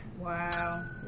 Wow